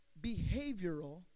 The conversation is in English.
behavioral